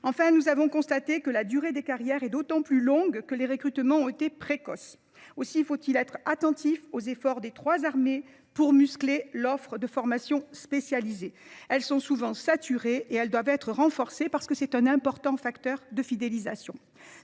Enfin, nous avons constaté que la durée des carrières est d’autant plus longue que les recrutements ont été précoces. Aussi faut il être attentif aux efforts des trois armées pour muscler l’offre de formation spécialisée. Cette offre est souvent saturée, alors qu’elle constitue un important facteur de fidélisation.